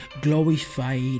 glorified